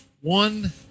one